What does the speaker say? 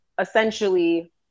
essentially